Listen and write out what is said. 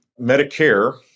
Medicare